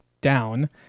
down